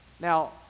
Now